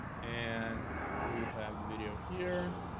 and we have the video here